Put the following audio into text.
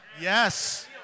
yes